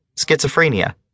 schizophrenia